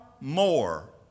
more